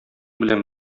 белән